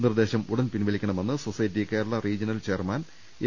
നിർദ്ദേശം ഉടൻ പിൻവലിക്കണമെന്ന് society Kerala regional chairman M